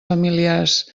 familiars